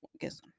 guess